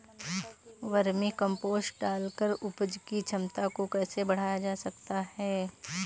Vermi compost डालकर उपज की क्षमता को कैसे बढ़ाया जा सकता है?